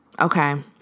Okay